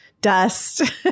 dust